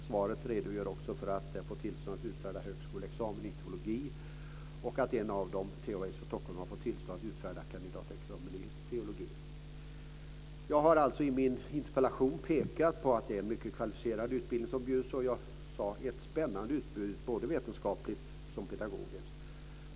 Svaret redogör också för att de har fått tillstånd att utfärda högskoleexamen i teologi och att en av dem, THS i Stockholm, har fått tillstånd att utfärda kandidatexamen i teologi. Jag har alltså i min interpellation pekat på att det är en mycket kvalificerad utbildning som bjuds och som jag sade ett spännande utbud såväl vetenskapligt som pedagogiskt.